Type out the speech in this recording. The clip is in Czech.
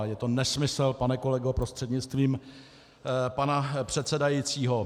Je to nesmysl, pane kolego prostřednictvím pana předsedajícího.